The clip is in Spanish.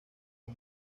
con